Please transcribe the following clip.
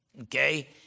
okay